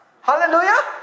Hallelujah